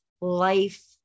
life